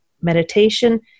meditation